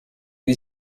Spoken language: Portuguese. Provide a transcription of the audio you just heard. ele